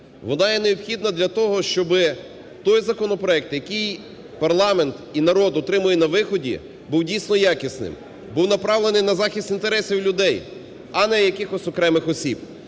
Вона є необхідна для того, щоби той законопроект, який парламент і народ отримає на виході був, дійсно, якісним, був направленим на захист інтересів людей, а не якихось окремих осіб.